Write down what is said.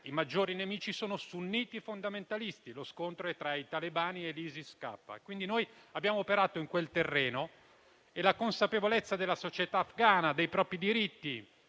i maggiori nemici sono sunniti fondamentalisti, lo scontro è tra i talebani e l'ISIS-K. Noi abbiamo operato in quel terreno e la consapevolezza della società afgana, dei propri diritti,